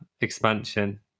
expansion